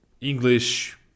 English